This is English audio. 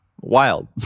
wild